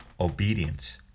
obedience